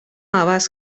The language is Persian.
عوض